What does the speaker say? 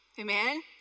Amen